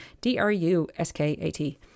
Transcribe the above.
d-r-u-s-k-a-t